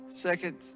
Second